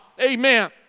amen